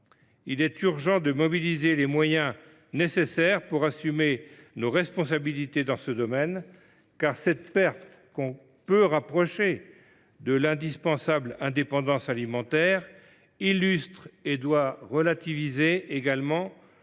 Il est urgent de mobiliser les moyens nécessaires pour assumer nos responsabilités dans ce domaine. L’ampleur de cette perte, que l’on peut rapprocher de l’indispensable indépendance alimentaire, relativise le